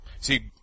See